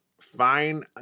fine